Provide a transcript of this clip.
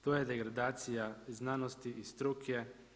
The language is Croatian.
To je degradacija znanosti i struke.